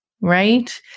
right